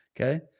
okay